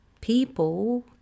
people